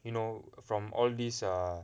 you know from all this err